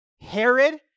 Herod